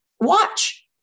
Watch